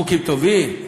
חוקים טובים?